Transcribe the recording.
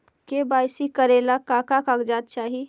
KYC करे ला का का कागजात चाही?